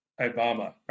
Obama